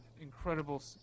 incredible